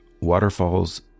waterfalls